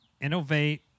Innovate